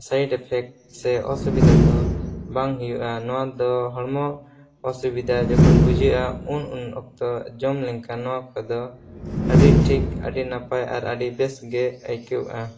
side effect ᱥᱮ ᱚᱥᱩᱵᱤᱫᱟ ᱫᱚ ᱵᱟᱝ ᱦᱩᱭᱩᱜᱼᱟ ᱱᱚᱣᱟ ᱫᱚ ᱦᱚᱲᱢᱚ ᱚᱥᱩᱵᱤᱫᱟ ᱡᱚᱠᱷᱚᱱ ᱵᱩᱡᱷᱟᱹᱜᱼᱟ ᱩᱱ ᱩᱱᱚᱠᱛᱚ ᱡᱚᱢ ᱞᱮᱱᱠᱷᱟᱱ ᱱᱚᱣᱟ ᱠᱚᱫᱚ ᱟᱹᱰᱤ ᱴᱷᱤᱠ ᱟᱹᱰᱤ ᱱᱟᱯᱟᱭ ᱟᱨ ᱟᱹᱰᱤ ᱵᱮᱥᱜᱮ ᱟᱹᱭᱠᱟᱹᱜᱼᱟ